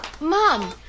Mom